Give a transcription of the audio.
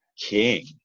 king